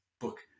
book